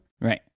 Right